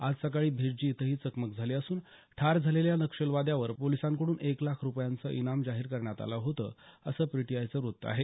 आज सकाळी भेज्जी इथं ही चकमक झाली असून ठार झालेल्या नक्षलवाद्यावर पोलिसांकडून एक लाख रूपयाचं इनाम जाहीर करण्यात आला होतं असं पीटीआयचं वृत्त आहे